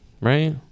Right